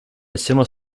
similar